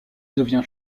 devient